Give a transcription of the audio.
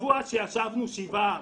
בשבוע שישבנו שבעה.